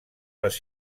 les